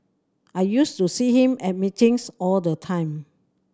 I used to see him at meetings all the time